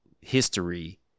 history